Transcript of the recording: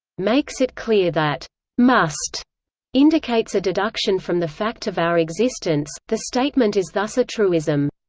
makes it clear that must indicates a deduction from the fact of our existence the statement is thus a truism.